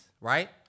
right